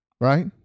right